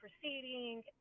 proceeding